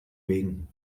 wegen